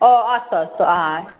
ओ अस्तु अस्तु हा